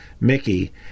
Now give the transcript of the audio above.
Mickey